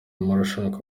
amarushanwa